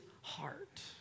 heart